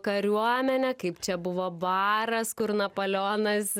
kariuomenė kaip čia buvo baras kur napoleonas